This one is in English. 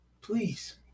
Please